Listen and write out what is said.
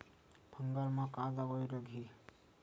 Fungus म का दवाई लगी?